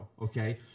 okay